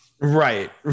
Right